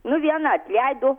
nu vieną atleido